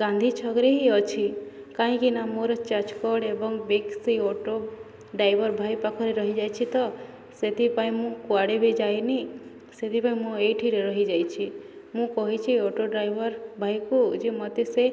ଗାନ୍ଧୀ ଛକରେ ହିଁ ଅଛି କାହିଁକି ନା ମୋର ଚାର୍ଜ କର୍ଡ଼୍ ଏବଂ ବେଗ୍ ସେ ଅଟୋ ଡ୍ରାଇଭର୍ ଭାଇ ପାଖରେ ରହିଯାଇଛି ତ ସେଥିପାଇଁ ମୁଁ କୁଆଡ଼େ ବି ଯାଇନି ସେଥିପାଇଁ ମୁଁ ଏଇଥିରେ ରହିଯାଇଛି ମୁଁ କହିଛି ଅଟୋ ଡ୍ରାଇଭର୍ ଭାଇକୁ ଯେ ମୋତେ ସେ